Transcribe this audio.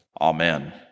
Amen